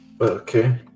Okay